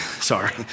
sorry